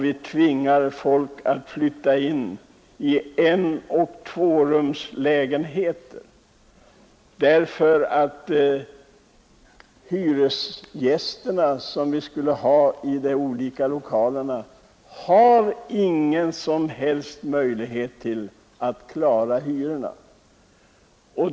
Vi tvingar folk att flytta in i enoch tvårumslägenheter därför att de inte har någon som helst möjlighet att klara hyrorna.